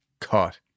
caught